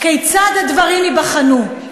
כיצד הדברים ייבחנו?